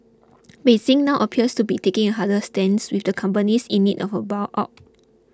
Beijing now appears to be taking a harder stance with the companies in need of a bail out